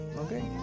okay